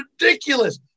ridiculous